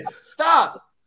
Stop